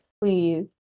please